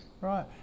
Right